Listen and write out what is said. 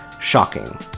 shocking